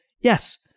yes